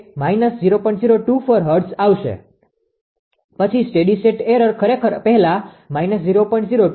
024 Hz આવશે પછી steady state error ખરેખર પહેલા 0